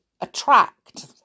attract